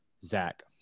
zach